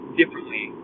differently